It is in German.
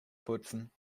putzen